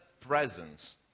presence